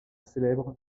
célèbre